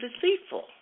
deceitful